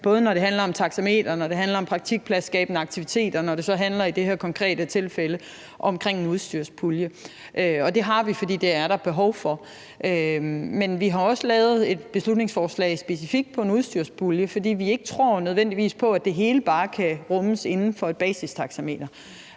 og når det handler om praktikpladsskabende aktiviteter, og når det som i det her konkrete tilfælde handler om en udstyrspulje. Og det har vi, fordi det er der behov for. Men vi har også lavet et beslutningsforslag specifikt om en udstyrspulje, fordi vi ikke nødvendigvis tror på, at det hele bare kan rummes inden for et basistaxameter.